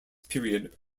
period